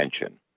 attention